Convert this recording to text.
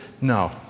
No